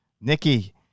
nikki